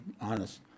honest